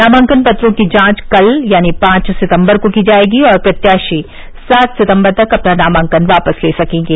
नामांकन पत्रों की जांच कल यानी पांच सितम्बर को की जायेगी और प्रत्याशी सात सितम्बर तक अपना नामांकन वापस ले सकेंगे